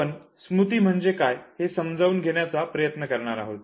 आपण स्मृती म्हणजे काय हे समजून घेण्याचा प्रयत्न करणार आहोत